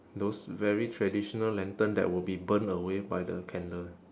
those very traditional lantern that will be burned away by the candle